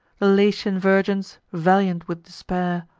the latian virgins, valiant with despair,